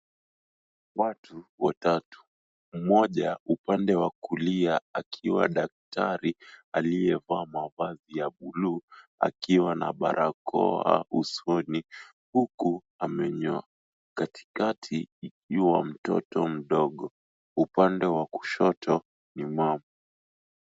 Watu watatu mmoja upande wa kulia akiwa daktari aliyevaa mavazi ya buluu akiwa na barakoa usoni huku amenyoa katikati ikiwa mtoto mdogo. Upande wa kushoto ni mama.